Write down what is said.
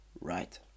right